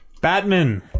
Batman